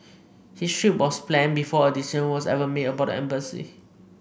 his trip was planned before a decision was ever made about the embassy